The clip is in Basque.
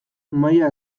maila